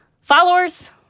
followers